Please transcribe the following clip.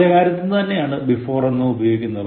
അതേ കാര്യത്തിനു തന്നെയാണ് before എന്നതും ഉപയോഗിക്കുന്നത്